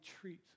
treat